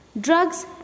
Drugs